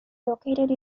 located